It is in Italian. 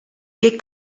che